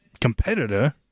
competitor